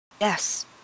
Yes